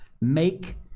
Make